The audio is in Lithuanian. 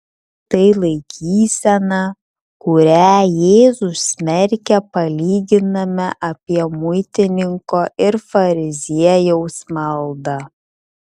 tai laikysena kurią jėzus smerkia palyginime apie muitininko ir fariziejaus maldą